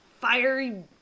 fiery